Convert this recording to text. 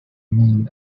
mean